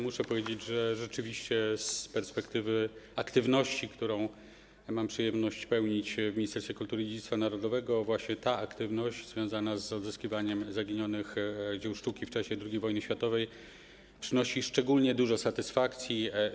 Muszę powiedzieć, że rzeczywiście z perspektywy aktywności, którą mam przyjemność realizować w Ministerstwie Kultury i Dziedzictwa Narodowego, właśnie ta aktywność związana z odzyskiwaniem dzieł sztuki zaginionych w czasie II wojny światowej przynosi szczególnie dużo satysfakcji.